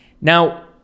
now